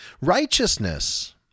Righteousness